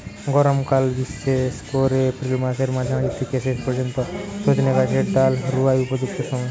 গরমকাল বিশেষ কোরে এপ্রিল মাসের মাঝামাঝি থিকে শেষ পর্যন্ত সজনে গাছের ডাল রুয়ার উপযুক্ত সময়